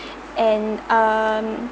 and um